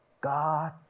God